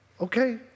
okay